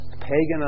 pagan